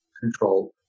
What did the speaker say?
control